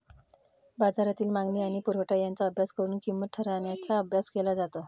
बाजारातील मागणी आणि पुरवठा यांचा अभ्यास करून किंमत ठरवण्याचा अभ्यास केला जातो